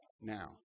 now